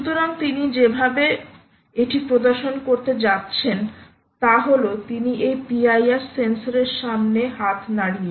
সুতরাং তিনি যেভাবে এটি প্রদর্শন করতে যাচ্ছেন তা হল তিনি এই PIR সেন্সর এর সামনে হাত নাড়িয়ে